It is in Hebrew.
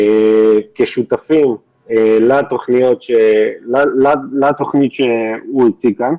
לתוכנית שהוא הציג כאן.